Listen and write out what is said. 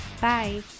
Bye